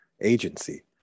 agency